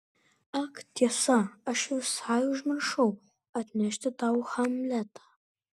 ak tiesa aš visai užmiršau atnešti tau hamletą